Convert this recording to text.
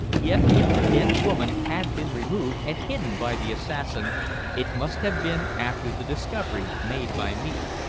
yet if the dead woman had been removed and hidden by the assassin it must have been after the discovery made by me.